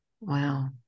Wow